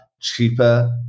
cheaper